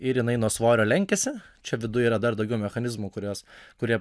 ir jinai nuo svorio lenkiasi čia viduj yra dar daugiau mechanizmų kuriuos kurie